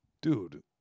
dude